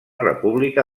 república